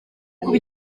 kuba